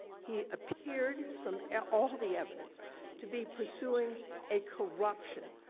he appeared, from all the evidence to be pursuing a corruption.